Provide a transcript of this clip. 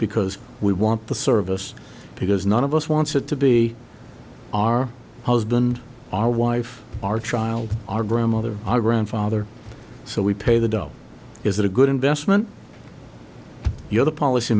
because we want the service because none of us wants it to be our husband our wife our child our grandmother iran father so we pay the dollar is it a good investment you know the policy